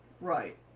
Right